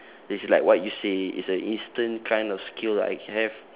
it's like what you say is a instant kind of skill I can have